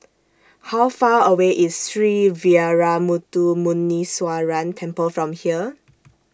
How Far away IS Sree Veeramuthu Muneeswaran Temple from here